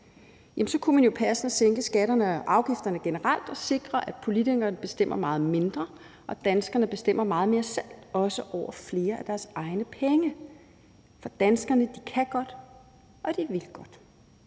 – kunne man jo passende sænke skatterne og afgifterne generelt og sikre, at politikerne bestemmer meget mindre og danskerne bestemmer meget mere selv, også over flere af deres egne penge. For danskerne kan godt, og de vil godt.